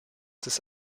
des